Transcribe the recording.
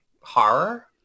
horror